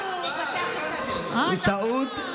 בטעות הוא פתח, בטעות.